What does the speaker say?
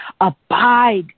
abide